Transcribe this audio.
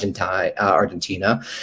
Argentina